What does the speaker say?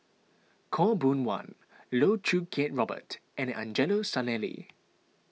Khaw Boon Wan Loh Choo Kiat Robert and Angelo Sanelli